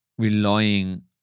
Relying